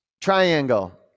Triangle